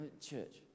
church